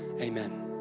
amen